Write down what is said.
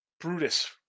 Brutus